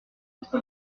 entre